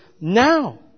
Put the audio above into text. now